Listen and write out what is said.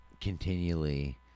continually